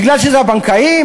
מפני שזה הבנקאים?